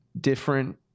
different